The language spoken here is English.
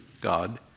God